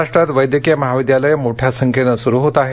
महाराष्ट्रात वैद्यकीय महाविद्यालये मोठ्या संख्येने सुरू होत आहेत